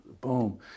boom